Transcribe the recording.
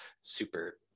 super